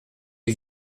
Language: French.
ils